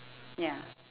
ya